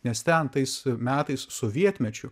nes ten tais metais sovietmečiu